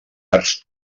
arcs